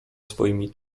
swoimi